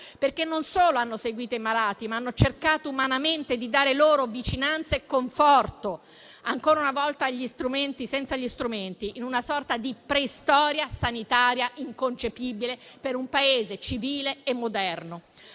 Non solo hanno seguito i malati, ma hanno cercato umanamente di dare loro vicinanza e conforto, ancora una volta senza gli strumenti, in una sorta di preistoria sanitaria inconcepibile per un Paese civile e moderno.